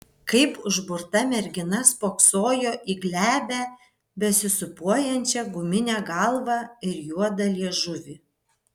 kaip užburta mergina spoksojo į glebią besisūpuojančią guminę galvą ir juodą liežuvį